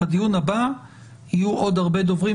בדיון הבא יהיו עוד הרבה דוברים.